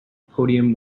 podium